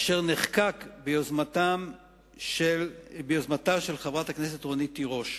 אשר נחקק ביוזמתה של חברת הכנסת רונית תירוש,